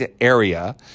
area